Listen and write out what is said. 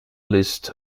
list